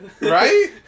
Right